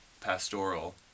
pastoral